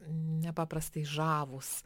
nepaprastai žavūs